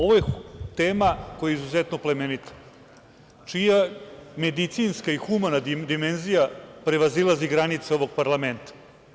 Ovo je tema koja je izuzetno plemenita, čija medicinska i humana dimenzija prevazilazi granice ovog parlamenta.